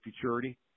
Futurity